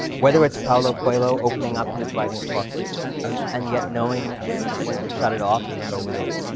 whether it's paulo coelho opening up his writing process and yet knowing when to shut it off and go within,